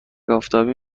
آفتابی